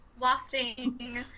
Wafting